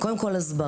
קודם כל הסברה.